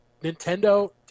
Nintendo